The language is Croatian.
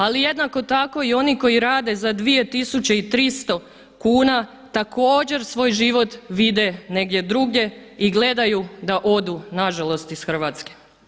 Ali jednako tako i oni koji rade za 2300 kuna također svoj život vide negdje drugdje i gledaju da odu nažalost iz Hrvatske.